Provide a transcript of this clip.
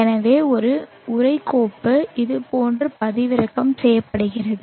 எனவே ஒரு உரை கோப்பு இதுபோன்று பதிவிறக்கம் செய்யப்படுகிறது